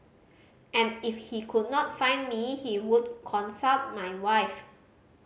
and if he could not find me he would consult my wife